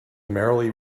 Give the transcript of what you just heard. merrily